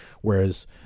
Whereas